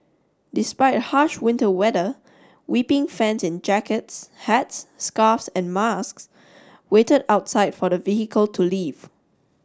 despite harsh winter weather weeping fans in jackets hats scarves and masks waited outside for the vehicle to leave